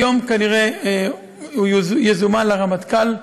היום כנראה הוא יזומן לרמטכ"ל,